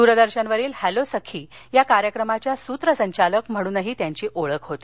दूरदर्शनवरील हॅलो सखी या कार्यक्रमाच्या सूत्रसंचालक म्हणूनही त्यांची ओळख होती